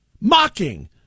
Mocking